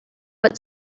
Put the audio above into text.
what